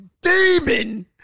demon